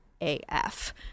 AF